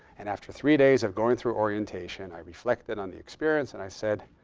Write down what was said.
and after three days of going through orientation, i reflected on the experience. and i said,